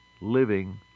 living